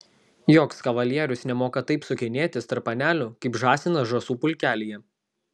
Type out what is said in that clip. joks kavalierius nemoka taip sukinėtis tarp panelių kaip žąsinas žąsų pulkelyje